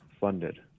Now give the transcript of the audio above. funded